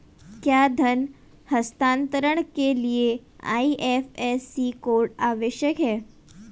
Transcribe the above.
क्या धन हस्तांतरण के लिए आई.एफ.एस.सी कोड आवश्यक है?